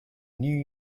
new